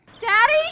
Daddy